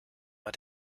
war